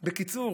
בקיצור,